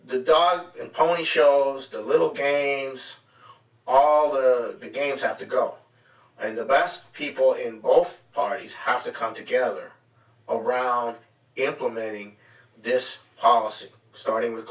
the dog and pony shows the little games all the games have to go and the best people in off parties have to come together around implementing this policy starting with